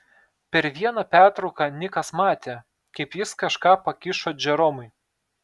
per vieną pertrauką nikas matė kaip jis kažką pakišo džeromui